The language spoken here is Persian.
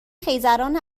خیزران